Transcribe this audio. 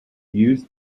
used